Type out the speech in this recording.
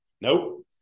Nope